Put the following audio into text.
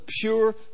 pure